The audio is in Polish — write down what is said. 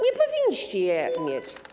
Nie powinniście ich mieć.